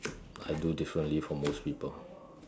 I do differently from most people